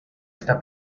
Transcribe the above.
esta